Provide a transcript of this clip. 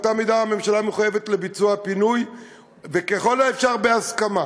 באותה מידה הממשלה מחויבת לביצוע פינוי וככל האפשר בהסכמה.